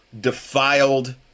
defiled